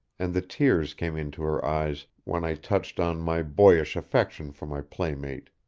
and the tears came into her eyes when i touched on my boyish affection for my playmate.